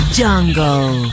jungle